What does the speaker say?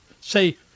say